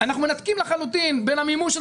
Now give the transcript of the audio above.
אנחנו מנתקים לחלוטין בין המימוש של